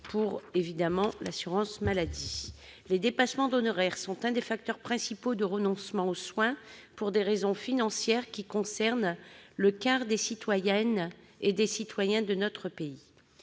pour l'assurance maladie. Les dépassements d'honoraires sont un des facteurs principaux de renoncement aux soins pour des raisons financières, ce qui concerne un quart des citoyennes et des citoyens de notre pays.